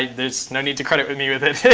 there's no need to credit but me with it.